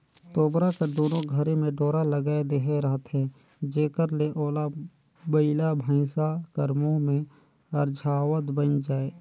तोबरा कर दुनो घरी मे डोरा लगाए देहे रहथे जेकर ले ओला बइला भइसा कर मुंह मे अरझावत बइन जाए